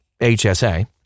HSA